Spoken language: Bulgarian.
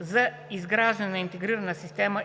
за изграждане на интегрирана система